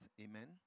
Amen